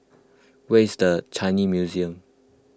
where is the Changi Museum